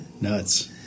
Nuts